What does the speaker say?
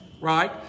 right